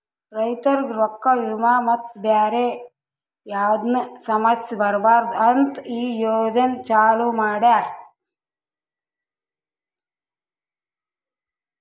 ರೈತುರಿಗ್ ರೊಕ್ಕಾ, ವಿಮಾ ಮತ್ತ ಬ್ಯಾರೆ ಯಾವದ್ನು ಸಮಸ್ಯ ಬರಬಾರದು ಅಂತ್ ಈ ಯೋಜನೆ ಚಾಲೂ ಮಾಡ್ಯಾರ್